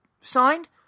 signed